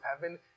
heaven